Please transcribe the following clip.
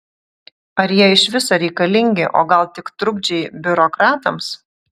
ar jie iš viso reikalingi o gal tik trukdžiai biurokratams